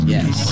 Yes